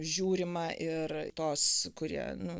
žiūrima ir tos kurie nu